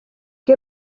què